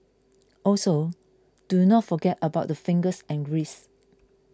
also do not forget about the fingers and wrists